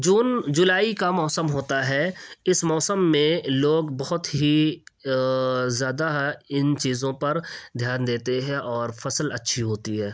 جون جولائی کا موسم ہوتا ہے اس موسم میں لوگ بہت ہی زیادہ ان چیزوں پر دھیان دیتے ہیں اور فصل اچھی ہوتی ہے